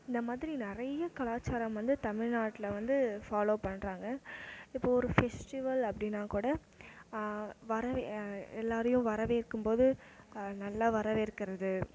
இந்த மாதிரி நிறைய கலாச்சாரம் வந்து தமிழ்நாட்டில் வந்து ஃபாலோ பண்றாங்க இப்போது ஒரு ஃபெஸ்டிவல் அப்படின்னாக்கூட வர எல்லாரையும் வரவேற்கும்போது நல்லா வரவேற்கிறது